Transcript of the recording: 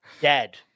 dead